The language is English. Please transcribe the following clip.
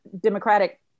democratic